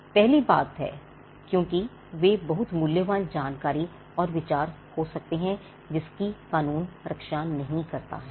यह पहली बात है क्योंकि वे बहुत मूल्यवान जानकारी और विचार हो सकते हैं जिसकी कानून रक्षा नहीं करता है